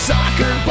Soccer